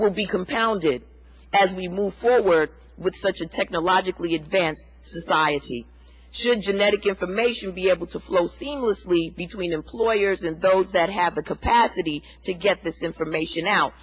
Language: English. would be compounded as we move forward with such a technologically advanced society should genetic information be able to flow seamlessly between employers and those that have the capacity to get this information out